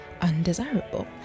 undesirable